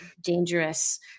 dangerous